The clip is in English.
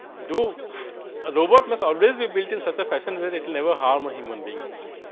do a robot must always we built in such a fashion that never harm human being essentially.